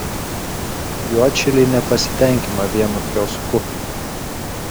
juodšiliai nepasitenkino vienu kiosku